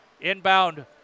Inbound